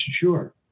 sure